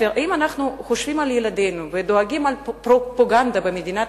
אם אנחנו חושבים על ילדינו ודואגים מפרופגנדה במדינת